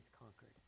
conquered